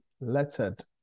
lettered